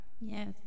yes